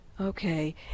Okay